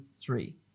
three